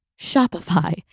Shopify